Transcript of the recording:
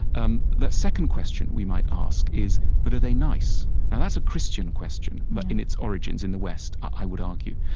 um the second question we might ask is, but are they nice? now, and that's a christian question but in its origins in the west, i would argue.